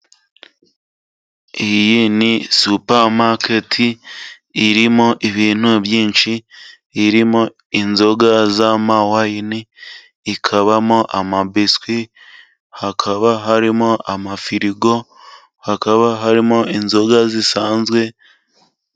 Iyi ni supamaketi irimo ibintu byinshi, irimo inzoga z'amawayini ,ikabamo amabiswi, hakaba harimo amafirigo, hakaba harimo inzoga zisanzwe....